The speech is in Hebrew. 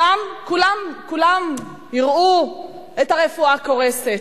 שם כולם יראו את הרפואה קורסת,